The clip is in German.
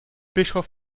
bischof